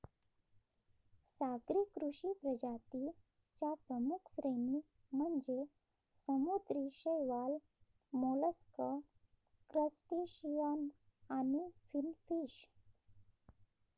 सागरी कृषी प्रजातीं च्या प्रमुख श्रेणी म्हणजे समुद्री शैवाल, मोलस्क, क्रस्टेशियन आणि फिनफिश